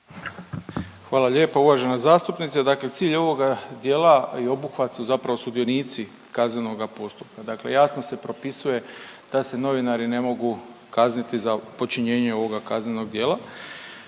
Hvala lijepo uvažena zastupnice. Dakle, cilj ovoga dijela i obuhvat su zapravo sudionici kaznenoga postupka, dakle jasno se propisuje da se novinari ne mogu kazniti za počinjenje ovoga kaznenog djela,